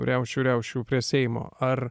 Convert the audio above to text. riaušių riaušių prie seimo ar